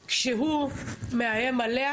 אבל כשאני מסתכלת על העוגה,